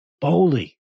boldly